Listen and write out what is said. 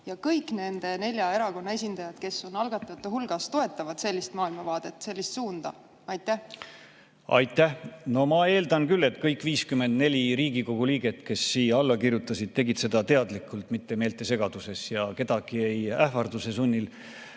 ja kõik nende nelja erakonna esindajad, kes on algatajate hulgas, toetavad sellist maailmavaadet, sellist suunda? Aitäh! No ma eeldan küll, et kõik 54 Riigikogu liiget, kes siia alla kirjutasid, tegid seda teadlikult, mitte meeltesegaduses ja kedagi ei sunnitud